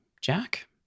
Jack